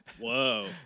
Whoa